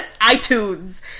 itunes